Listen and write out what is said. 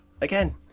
again